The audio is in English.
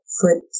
foot